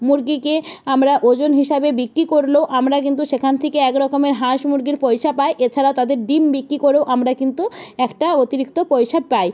মুরগিকে আমরা ওজন হিসাবে বিক্রি করলেও আমরা কিন্তু সেখান থেকে এক রকমের হাঁস মুরগির পয়সা পাই এছাড়া তাদের ডিম বিক্রি করেও আমরা কিন্তু একটা অতিরিক্ত পয়সা পাই